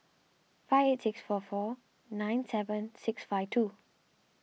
five eight six four four nine seven six five two